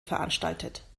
veranstaltet